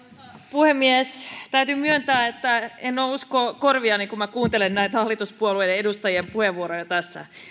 puhemies täytyy myöntää että en ole uskoa korviani kun kuuntelen näitä hallituspuolueiden edustajien puheenvuoroja tässä